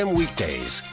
weekdays